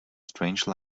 strange